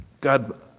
God